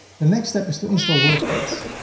the next step is to install wordpress.